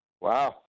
Wow